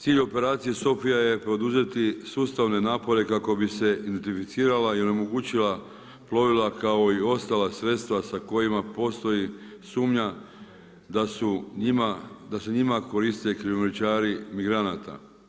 Cilj Operacije Sofija je poduzeti sustavne napore kako bi se identificirala i onemogućila plovila kao i ostala sredstva sa kojima postoji sumnja da se njima koriste krijumčari migranata.